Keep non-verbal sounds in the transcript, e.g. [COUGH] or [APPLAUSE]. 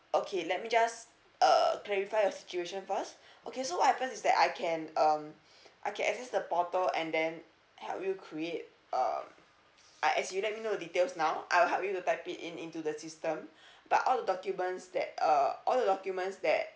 okay let me just uh clarify your situation first okay so what happens is that I can um I can access the portal and then help you create uh ah as you let me know the details now I'll help you to type it in into the system [BREATH] but all documents that uh all the documents that